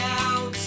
out